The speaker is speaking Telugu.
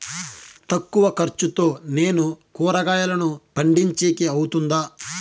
తక్కువ ఖర్చుతో నేను కూరగాయలను పండించేకి అవుతుందా?